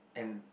and